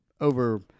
over